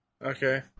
Okay